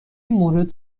مورد